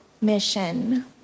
mission